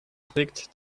regt